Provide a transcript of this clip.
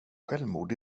självmord